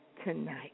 Tonight